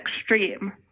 extreme